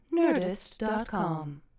nerdist.com